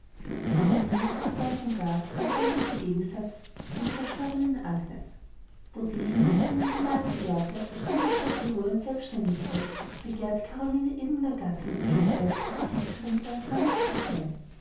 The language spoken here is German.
caroline ist so ganz und gar der lebendige gegensatz von der verstorbenen agnes wo diese nichts von ihrem gemal begehrte als ungestörte ruhe und selbstständigkeit begehrt caroline eben nur gattin eheweib besitzerin ihres mannes zu sein